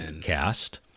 cast